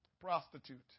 Prostitute